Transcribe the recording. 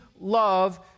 love